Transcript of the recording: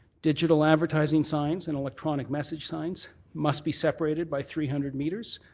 digital advertising signs and electronic message signs must be separated by three hundred metres.